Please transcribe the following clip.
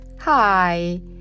Hi